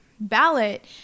ballot